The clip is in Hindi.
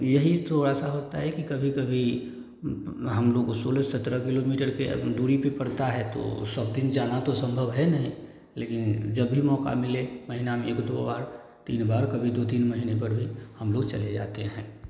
यही थोड़ा सा होता है कि कभी कभी हमलोग सोलह सतरह किलोमीटर की दूरी पर पड़ता है तो सब दिन जाना तो सम्भव है नहीं लेकिन जब भी मौक़ा मिले महीना में एक दो बार तीन बार कभी दो तीन महीने पर भी हमलोग चले जाते हैं